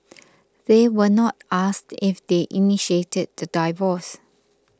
they were not asked if they initiated the divorce